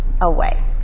away